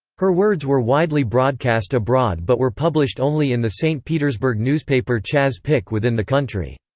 her words were widely broadcast abroad but were published only in the st. petersburg newspaper chas pik within the country.